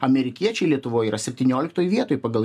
amerikiečiai lietuvoj yra septynioliktoj vietoj pagal